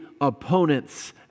opponents